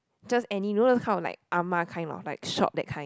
just any you know those kind of like ah ma kind like shop that kind